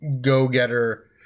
go-getter